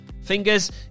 fingers